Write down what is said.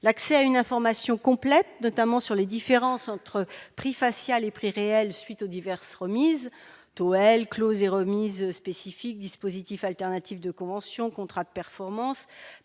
L'accès à une information complète, notamment sur les différences entre prix facial et prix réel à la suite des diverses remises- taux L, clauses et remises spécifiques, dispositifs alternatifs de conventions, contrats de performance